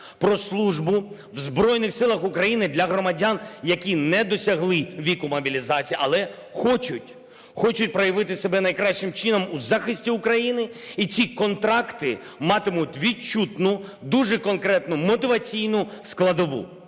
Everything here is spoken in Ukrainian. про службу в Збройних Силах України для громадян, які не досягли віку мобілізації, але хочуть, хочуть проявити себе найкращим чином у захисті України. І ті контракти матимуть відчутну, дуже конкретну мотиваційну складову.